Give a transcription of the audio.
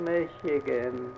Michigan